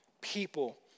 People